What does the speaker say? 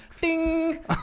ding